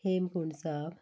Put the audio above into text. Hemkunt Sahib